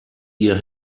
ihr